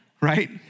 right